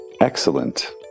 excellent